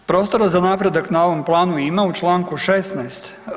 Prostora za napredak na ovoj planu ima, u čl. 16.